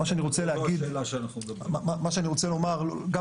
מה שאני רוצה להגיד --- זו לא השאלה שאנחנו מדברים עליה.